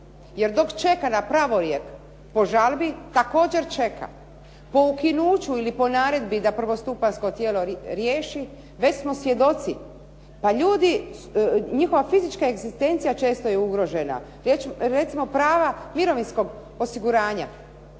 jer dok čeka na pravolijek po žalbi također čeka. Po ukinuću ili po naredbi da prvostupanjsko tijelo riješi već smo svjedoci, pa ljudi, njihova fizička egzistencija često je ugrožena, recimo prava mirovinskog osiguranja.